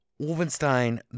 Wolfenstein